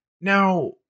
Now